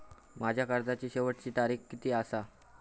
माझ्या कर्जाची शेवटची तारीख किती आसा?